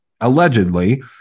allegedly